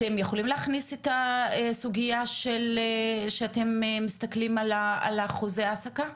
אתם יכולים להכניס את הסוגיה שאתם מסתכלים על החוזה העסקה?